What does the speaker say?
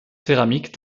céramiques